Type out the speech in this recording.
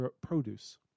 produce